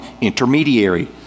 intermediary